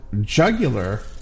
Jugular